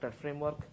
framework